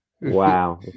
Wow